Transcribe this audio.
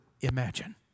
imagine